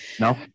No